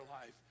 life